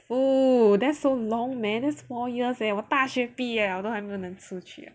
ohh that's so long man that's four years leh 我大学毕业了都还没不能出去